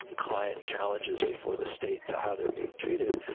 client challenges before the state to how they're being treated,